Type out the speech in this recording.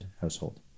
household